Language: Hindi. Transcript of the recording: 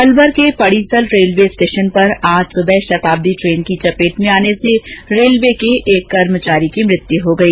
अलवर के पडीसल रेलवे स्टेशन पर आज सुबह शताब्दी ट्रेन की चपेट में आने से रेलवे के एक कर्मचारी की मृत्यु हो गई